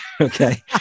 okay